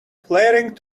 flaring